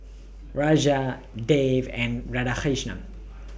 Raja Dev and Radhakrishnan